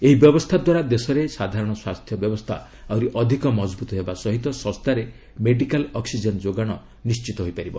ଏହି ବ୍ୟବସ୍ଥାଦ୍ୱାରା ଦେଶରେ ସାଧାରଣ ସ୍ୱାସ୍ଥ୍ୟ ବ୍ୟବସ୍ଥା ଆହରି ଅଧିକ ମଜବୃତ୍ ହେବା ସହିତ ଶସ୍ତାରେ ମେଡିକାଲ୍ ଅକ୍ଟିଜେନ୍ ଯୋଗାଣ ନିଣ୍ଚିତ ହୋଇପାରିବ